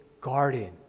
garden